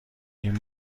این